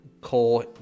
Cole